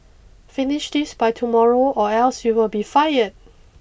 finish this by tomorrow or else you will be fired